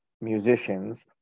musicians